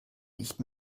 nicht